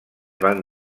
van